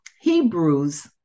Hebrews